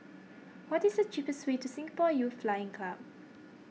what is the cheapest way to Singapore Youth Flying Club